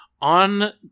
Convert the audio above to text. On